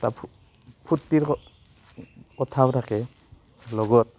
এটা ফু ফুৰ্ত্তিৰ কথাও থাকে লগত